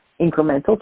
incremental